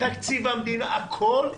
תקציב המדינה, הכול נחמד.